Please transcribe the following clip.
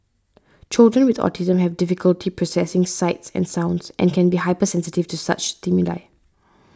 children with autism have difficulty processing sights and sounds and can be hypersensitive to such stimuli